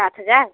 सात हजार